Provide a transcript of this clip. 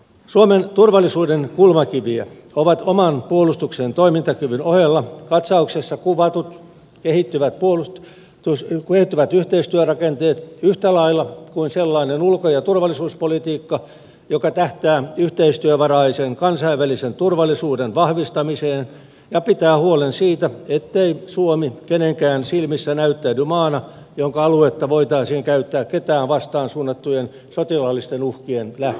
suomen turvallisuuden kulmakiviä ovat oman puolustuksen toimintakyvyn ohella katsauksessa kuvatut kehittyvät yhteistyörakenteet yhtä lailla kuin sellainen ulko ja turvallisuuspolitiikka joka tähtää yhteistyövaraisen kansainvälisen turvallisuuden vahvistamiseen ja pitää huolen siitä ettei suomi kenenkään silmissä näyttäydy maana jonka aluetta voitaisiin käyttää ketään vastaan suunnattujen sotilaallisten uhkien lähteenä